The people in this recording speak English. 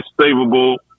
stable